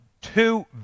Two